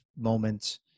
moment